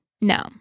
No